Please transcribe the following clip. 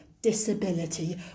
disability